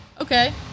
okay